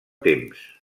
temps